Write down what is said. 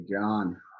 john